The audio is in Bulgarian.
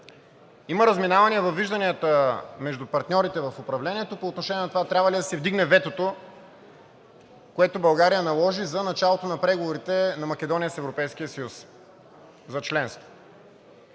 има разминавания във вижданията между партньорите в управлението по отношение на това трябва ли да се вдигне ветото, което България наложи за началото на преговорите на Македония с Европейския съюз за членство.